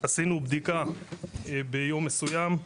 עשינו בדיקה ביום מסוים,